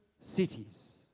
cities